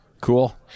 Cool